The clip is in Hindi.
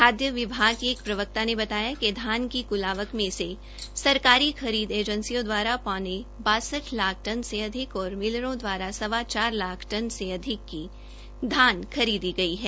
खाय विभाग के एक प्रवक्ता ने बताया कि धान की कुल आवक में से सरकारी एजेंसियों द्वारा पौने बासठ लाख टन से अधिक और मिलरों द्वारा सवा चार लाख धान की खरीद की गई है